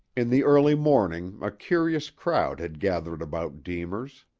in the early morning a curious crowd had gathered about deemer's.